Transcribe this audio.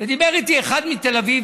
ודיבר איתי אחד מתל אביב,